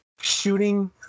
shooting